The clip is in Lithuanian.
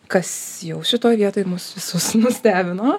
kas jau šitoj vietoj mus visus nustebino